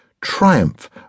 triumph